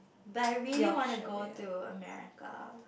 but I really want to go to America